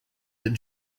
that